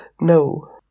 no